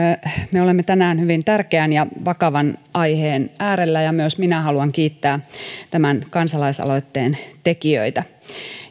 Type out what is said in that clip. me olemme tänään hyvin tärkeän ja vakavan aiheen äärellä ja myös minä haluan kiittää tämän kansalaisaloitteen tekijöitä